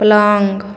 पलङ्ग